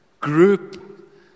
group